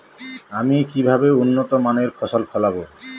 আমি কিভাবে উন্নত মানের ফসল ফলাব?